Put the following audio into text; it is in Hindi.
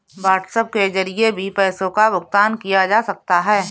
व्हाट्सएप के जरिए भी पैसों का भुगतान किया जा सकता है